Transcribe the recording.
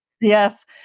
Yes